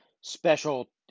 special